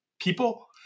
people